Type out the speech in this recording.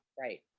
right